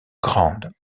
grandes